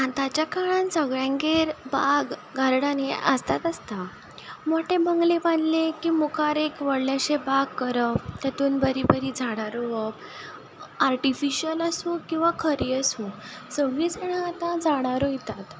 आतांच्या काळांत सगळ्यांगेर बाग गार्डन हें आसताच आसता मोठे बंगले बांदले की मुखार एक व्हडलेशें बाग करप तेतूंत बरीं बरीं झाडां रोवप आर्टिफिशल आसूं किंवां खरीं आसूं सगळीं जाणां आतां झाडां रोयतात